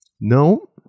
No